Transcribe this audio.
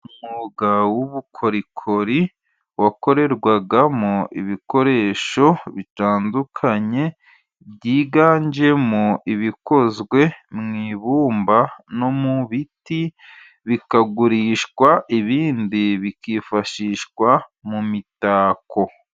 Umwuga w'ubukorikori wakorerwagamo ibikoresho bitandukanye, byiganjemo ibikozwe mu ibumba no mu biti, bikagurishwa ibindi bikifashishwa mu mitako.